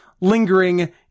lingering